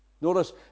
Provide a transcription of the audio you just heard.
Notice